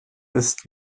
ist